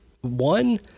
one